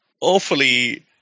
awfully